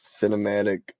cinematic